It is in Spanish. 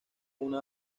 una